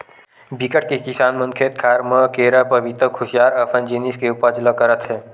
बिकट के किसान मन खेत खार म केरा, पपिता, खुसियार असन जिनिस के उपज ल करत हे